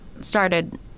started